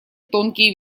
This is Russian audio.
тонкие